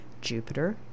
Jupiter